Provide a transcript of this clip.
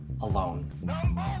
alone